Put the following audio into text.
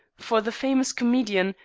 for the famous comedian,